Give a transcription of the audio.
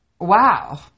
Wow